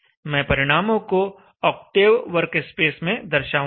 मैं परिणामों को ऑक्टेव वर्कस्पेस में दर्शाऊँगा